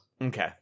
Okay